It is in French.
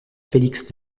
félix